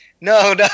No